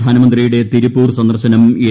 പ്രധാനമന്ത്രിയുടെ തിരുപ്പൂർ സന്ദർശനം എൻ